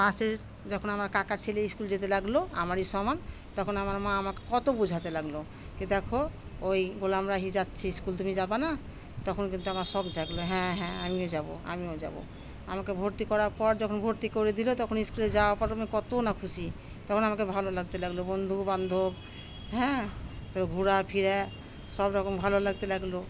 পাশে যখন আমার কাকার ছেলে স্কুল যেতে লাগলো আমারই সমান তখন আমার মা আমাকে কত বোঝাতে লাগলো যে দেখো ওই গলাম আলি যাচ্ছে স্কুল তুমি যাবা না তখন কিন্তু আমার শখ জাগলো হ্যাঁ হ্যাঁ আমিও যাবো আমিও যাবো আমাকে ভর্তি করার পর যখন ভর্তি করে দিলো তখন স্কুলে যাওয়ার পর কত না খুশি তখন আমাকে ভালো লাগতে লাগলো বন্ধুবান্ধব হ্যাঁ তবে ঘোরা ফেরা সব রকম ভালো লাগতে লাগলো